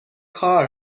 کار